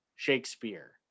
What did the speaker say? Shakespeare